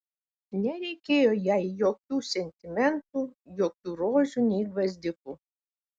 nereikėjo jai jokių sentimentų jokių rožių nei gvazdikų